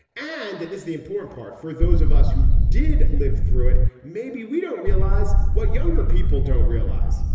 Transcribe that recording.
and that and is the important part for those of us who did live through it. maybe we don't realize what younger people don't realize.